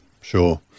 sure